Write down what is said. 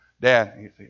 dad